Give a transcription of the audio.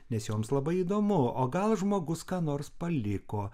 nes joms labai įdomu o gal žmogus ką nors paliko